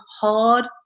hard